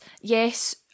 yes